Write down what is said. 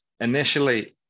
initially